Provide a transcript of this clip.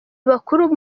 bakuru